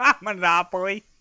Monopoly